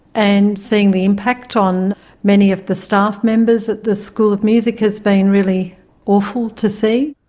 and seeing the impact on many of the staff members at the school of music has been really awful to see.